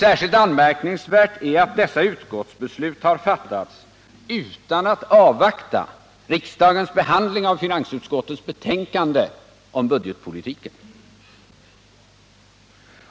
Särskilt anmärkningsvärt är att dessa utskottsbeslut har fattats utan att man avvaktat riksdagens behandling av finansutskottets betänkande om budgetpolitiken.